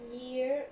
year